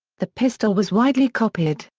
the pistol was widely copied,